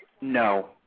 No